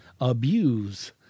abuse